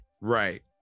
Right